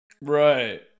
Right